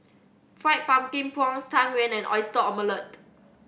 Fried Pumpkin Prawns Tang Yuen and Oyster Omelette